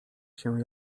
się